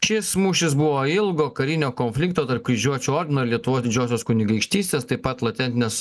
šis mūšis buvo ilgo karinio konflikto tarp kryžiuočių ordino ir lietuvos didžiosios kunigaikštystės taip pat latentinės